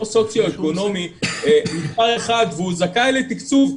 סוציו אקונומי מספר אחד והוא זכאי לתקצוב,